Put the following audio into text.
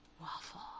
Waffle